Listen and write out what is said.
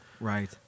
Right